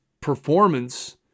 performance